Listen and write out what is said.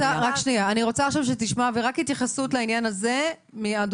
בוא נשמע התייחסות ספציפית רק לעניין הזה מהדוברים.